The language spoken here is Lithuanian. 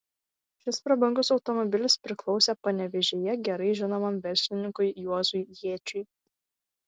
šis prabangus automobilis priklausė panevėžyje gerai žinomam verslininkui juozui jėčiui